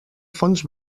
fons